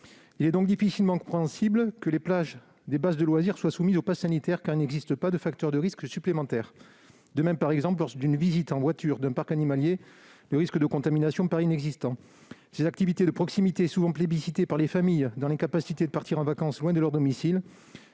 Il est donc difficilement compréhensible que les plages des bases de loisirs y soient soumises, car elles ne présentent pas de facteur de risque supplémentaire. De même, par exemple, lors de la visite en voiture d'un parc animalier, le risque de contamination paraît inexistant. Ces activités de proximité sont souvent plébiscitées par les familles qui ne peuvent pas partir loin ; c'est la